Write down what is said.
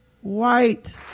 white